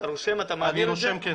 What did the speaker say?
אתה רושם, אתה מעביר את זה?